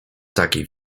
takiej